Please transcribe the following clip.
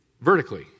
vertically